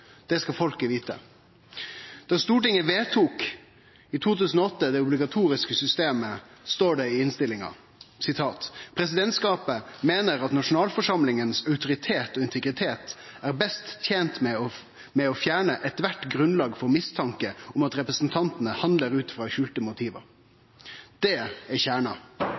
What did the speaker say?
Det skal folket vite. Da Stortinget i 2008 vedtok det obligatoriske systemet, stod det i innstillinga: «Presidentskapet mener at nasjonalforsamlingens autoritet og integritet er best tjent med å fjerne ethvert grunnlag for mistanke om at representantene handler ut fra skjulte motiver.» Det er